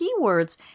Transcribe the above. keywords